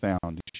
found